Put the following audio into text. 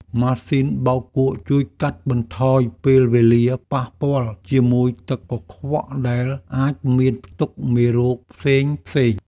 ម៉ាស៊ីនបោកគក់ជួយកាត់បន្ថយពេលវេលាប៉ះពាល់ជាមួយទឹកកខ្វក់ដែលអាចមានផ្ទុកមេរោគផ្សេងៗ។